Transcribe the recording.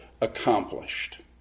accomplished